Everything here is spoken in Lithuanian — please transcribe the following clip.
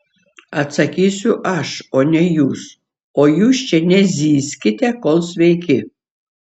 atsakysiu aš o ne jūs o jūs čia nezyzkite kol sveiki